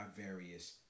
various